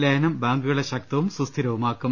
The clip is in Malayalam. ലയനം ബാങ്കുകളെ ശക്തവും സുസ്ഥിരവുമാക്കും